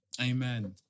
Amen